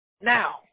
Now